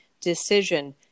decision